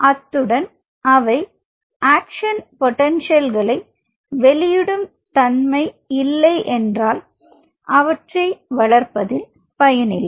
அத்துடன் அவை ஆக்சன் பொட்டன்ஷியல்களை வெளியிடும் தன்மை இல்லை என்றால் அவற்றை வளர்ப்பதில் பயனில்லை